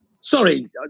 Sorry